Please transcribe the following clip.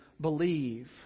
believe